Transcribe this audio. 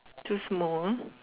too small uh